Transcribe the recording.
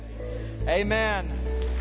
Amen